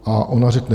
A ona řekne.